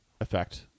effect